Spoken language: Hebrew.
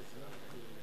התרבות והספורט נתקבלה.